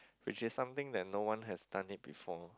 which is something that no one has done it before